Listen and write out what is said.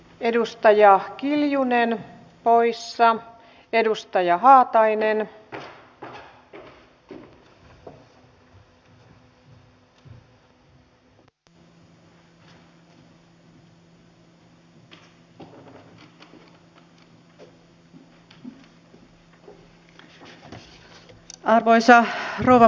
edustaja kiljunenna porissa on edustajia haatainen arvoisa rouva puhemies